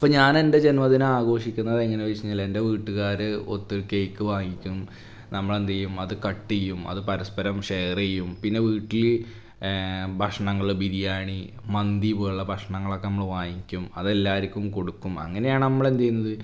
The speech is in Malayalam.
ഇപ്പോൾ ഞാനെന്റെ ജന്മദിനം അഘോഷിക്കുന്നത് എങ്ങനെയാ ചോദിച്ചു കഴിഞ്ഞാൽ എന്റെ വീട്ടുകാർ ഒത്തൊരു കേക്ക് വാങ്ങിക്കും നമ്മളെന്തു ചെയ്യും അതു കട്ട് ചെയ്യും അതു പരസ്പരം ഷെയർ ചെയ്യും പിന്നെ വീട്ടിൽ ഭക്ഷണങ്ങൾ ബിരിയാണി മന്തി പോലുള്ള ഭഷ്ണങ്ങളൊക്കെ നമ്മൾ വാങ്ങിക്കും അതെല്ലാവർക്കും കൊടുക്കും അങ്ങനെയാണ് നമ്മളെന്തു ചെയ്യുന്നത്